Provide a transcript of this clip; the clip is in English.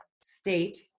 state